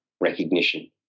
recognition